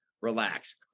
Relax